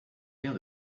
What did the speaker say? père